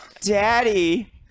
Daddy